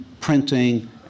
printing